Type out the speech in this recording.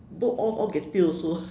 both all all get tail also